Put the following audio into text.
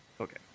Okay